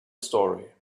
story